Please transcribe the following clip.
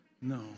No